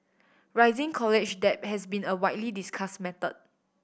rising college debt has been a widely discussed matter